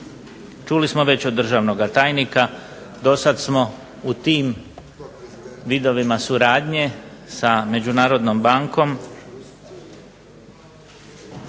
Čuli smo već od državnog tajnika do sada smo u tim vidovima suradnje sa Međunarodnom bankom